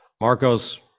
Marcos